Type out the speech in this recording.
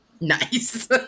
Nice